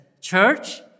Church